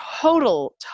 total